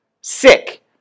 sick